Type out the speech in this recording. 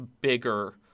bigger